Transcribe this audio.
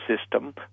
system